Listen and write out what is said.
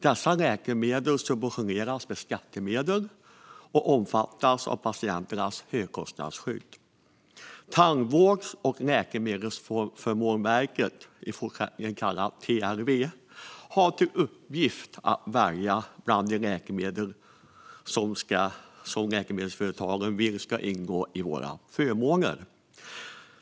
Dessa läkemedel subventioneras med skattemedel och omfattas av patienternas högkostnadsskydd. Tandvårds och läkemedelsförmånsverket, TLV, har i uppgift att välja bland de läkemedel som läkemedelsföretagen vill ska ingå i läkemedelsförmånerna.